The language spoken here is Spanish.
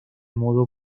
modo